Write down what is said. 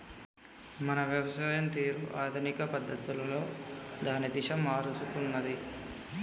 మన వ్యవసాయం తీరు ఆధునిక పద్ధతులలో దాని దిశ మారుసుకున్నాది